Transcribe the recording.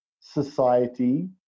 society